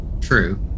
true